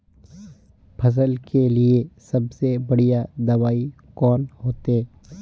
फसल के लिए सबसे बढ़िया दबाइ कौन होते?